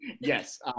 Yes